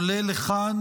עולה לכאן